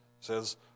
says